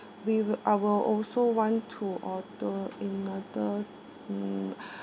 we will I will also want to order another mm